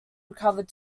recovered